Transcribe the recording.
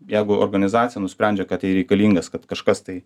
jeigu organizacija nusprendžia kad tai reikalingas kad kažkas tai